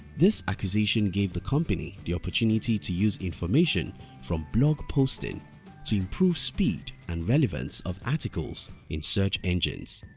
this acquisition gave the company the opportunity to use information from blog posting to improve speed and relevance of articles in search engines.